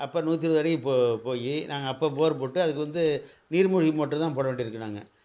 அப்புறம் நூற்றி இருபது அடிக்கு போ போய் நாங்கள் அப்போ போர் போட்டு அதுக்கு வந்து நீர் மூழ்கி மோட்ரு தான் போட வேண்டியது இருக்குது நாங்கள்